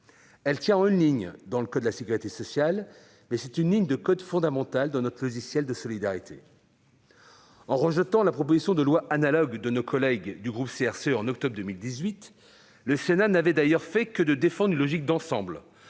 Elle tient en une ligne dans le code de la sécurité sociale, mais c'est une ligne fondamentale dans notre logiciel de solidarité. En rejetant la proposition de loi analogue de nos collègues du groupe CRCE en octobre 2018, le Sénat n'avait d'ailleurs fait que défendre une logique d'ensemble,